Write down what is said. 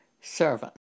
servant